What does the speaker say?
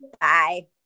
bye